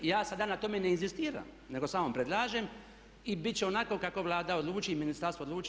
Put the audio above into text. Ja sada na tome ne inzistiram nego samo predlažem i bit će onako kako Vlada odluči i ministarstvo odluči.